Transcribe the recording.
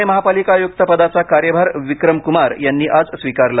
पुणे महापालिका आयुक्त पदाचा कार्यभार विक्रम कुमार यांनी आज स्वीकारला